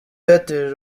airtel